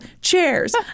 chairs